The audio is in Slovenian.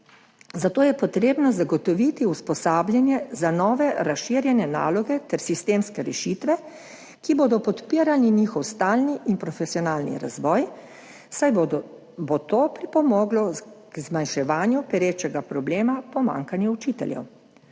zato je potrebno zagotoviti usposabljanje za nove, razširjene naloge ter sistemske rešitve, ki bodo podpirali njihov stalni in profesionalni razvoj, saj bo to pripomoglo k zmanjševanju perečega problema pomanjkanja učiteljev.